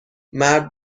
مرد